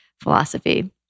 philosophy